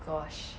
gosh